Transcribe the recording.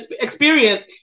experience